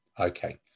okay